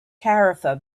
tarifa